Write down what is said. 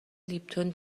لیپتون